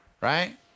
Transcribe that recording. Right